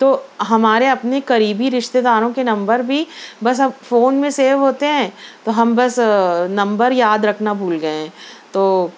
تو ہمارے اپنے قریبی رشتہ داروں کے نمبر بھی بس اب فون میں سیو ہوتے ہیں تو ہم بس نمبر یاد رکھنا بھول گئے ہیں